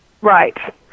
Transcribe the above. Right